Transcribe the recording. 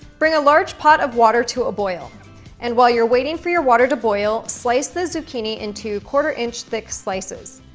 bring a large pot of water to a boil and while you're waiting for your water to boil slice the zucchini into a quarter inch thick slices.